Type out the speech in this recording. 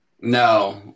No